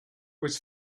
was